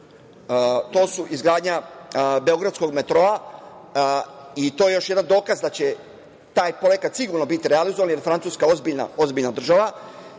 to su izgradnja beogradskog metroa, i to je još jedan dokaz da će taj projekat sigurno biti realizovan, jer je Francuska ozbiljna država,